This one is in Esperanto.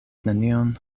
nenion